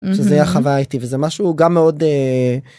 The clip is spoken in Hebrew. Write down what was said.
שזה היה חווייתי וזה משהו גם מאוד